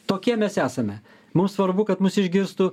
tokie mes esame mums svarbu kad mus išgirstų